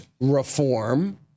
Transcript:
reform